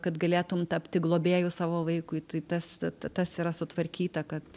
kad galėtum tapti globėju savo vaikui tai tas t tas yra sutvarkyta kad